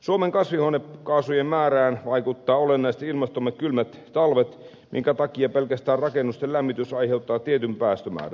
suomen kasvihuonekaasujen määrään vaikuttavat olennaisesti ilmastomme kylmät talvet minkä takia pelkästään rakennusten lämmitys aiheuttaa tietyn päästömäärän